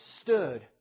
stood